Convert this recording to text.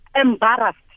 embarrassed